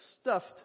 stuffed